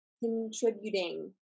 contributing